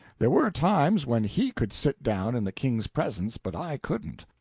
there were times when he could sit down in the king's presence, but i couldn't.